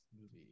movie